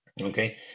Okay